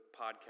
podcast